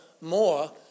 more